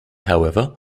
however